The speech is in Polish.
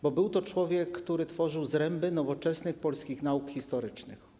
Bo był to człowiek, który tworzył zręby nowoczesnych polskich nauk historycznych.